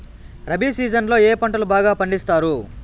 rabi season లో ఏ పంటలు బాగా పండిస్తారు